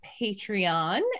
Patreon